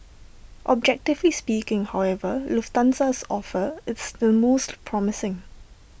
objectively speaking however Lufthansa's offer is the most promising